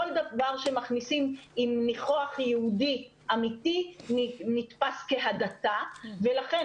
כל דבר שמכניסים עם נינוח יהודי אמיתי נתפס הדתה ולכן